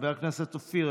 חבר הכנסת אופיר,